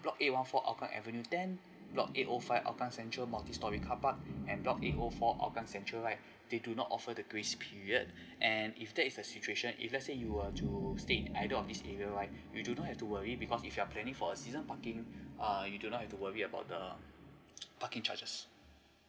block A one four hougang avenue then block A O five hougang centre multi storey carpark and blok A O four hougang central right they do not offer the grace period and if there is the situation if let's say if you were to stay either of these area right you do not have to worry because if you're planning for a season parking err you do not have to worry about the parking charges